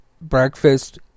breakfast